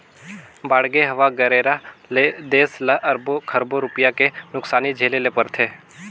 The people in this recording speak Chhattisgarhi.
बाड़गे, हवा गरेरा ले देस ल अरबो खरबो रूपिया के नुकसानी झेले ले परथे